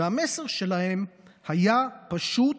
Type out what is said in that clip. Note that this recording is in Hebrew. המסר שלהם היה פשוט,